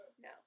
No